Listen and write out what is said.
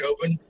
Open